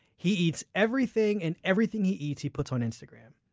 he eats everything and everything he eats he puts on instagram.